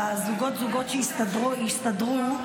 בזוגות-זוגות שהסתדרו,